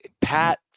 Pat